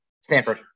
Stanford